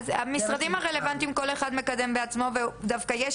אז המשרדים הרלוונטיים כל אחד מקדם העצמו ודווקא בעניינם